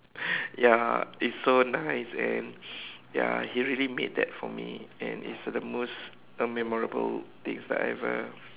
ya it's so nice and ya he really made that for me and it's the most uh memorable things that I ever